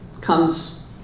comes